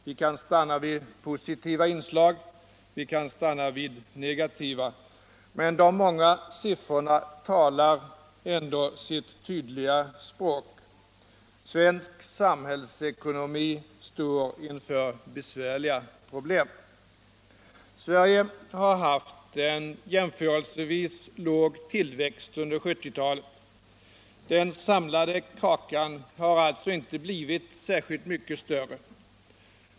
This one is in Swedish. Vi kan stanna vid positiva inslag och vi kan stanna vid negativa. Men de många siffrorna talar ändå sitt tydliga språk: Svensk samhällsekonomi står inför besvärliga problem. Sverige har haft en jämförelsevis låg tillväxt under 1970-talet. Den samlade kakan har alltså inte blivit särskilt mycket större.